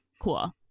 Cool